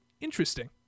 interesting